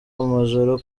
amajoro